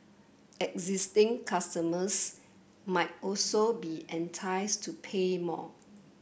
existing customers might also be enticed to pay more